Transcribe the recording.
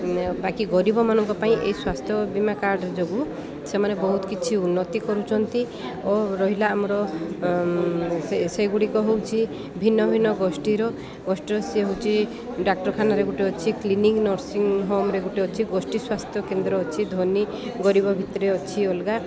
ବାକି ଗରିବମାନଙ୍କ ପାଇଁ ଏ ସ୍ୱାସ୍ଥ୍ୟ ବୀମା କାର୍ଡ୍ ଯୋଗୁଁ ସେମାନେ ବହୁତ କିଛି ଉନ୍ନତି କରୁଛନ୍ତି ଓ ରହିଲା ଆମର ସେ ସେଗୁଡ଼ିକ ହେଉଛି ଭିନ୍ନ ଭିନ୍ନ ଗୋଷ୍ଠୀର ଗୋଷ୍ଠୀର ସିଏ ହେଉଛି ଡାକ୍ତରଖାନାରେ ଗୋଟେ ଅଛି କ୍ଲିନିକ୍ ନର୍ସିଂ ହୋମ୍ରେ ଗୋଟେ ଅଛି ଗୋଷ୍ଠୀ ସ୍ୱାସ୍ଥ୍ୟ କେନ୍ଦ୍ର ଅଛି ଧନୀ ଗରିବ ଭିତରେ ଅଛି ଅଲଗା